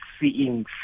seeing